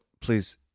please